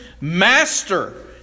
Master